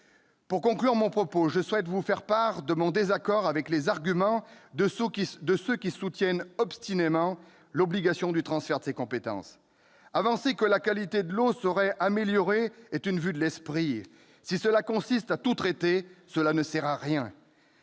Pour conclure mon propos, je souhaite vous faire part de mon désaccord avec les arguments de ceux qui soutiennent obstinément l'obligation du transfert de ces compétences. Avancer que la qualité de l'eau serait améliorée est une vue de l'esprit ! Si cela consiste à tout traiter, cela ne sert à rien